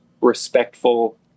respectful